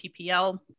PPL